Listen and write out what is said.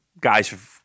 guys